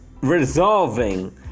Resolving